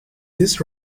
this